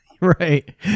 Right